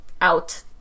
out